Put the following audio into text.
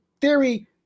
Theory